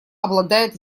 обладает